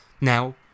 Now